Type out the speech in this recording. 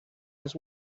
his